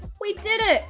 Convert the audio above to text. we did it!